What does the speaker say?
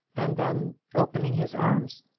and then, opening his arms,